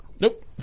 Nope